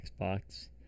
Xbox